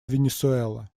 венесуэла